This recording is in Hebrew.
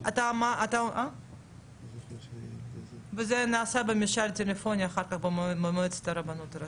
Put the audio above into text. "תראה לי את הסכין שלך".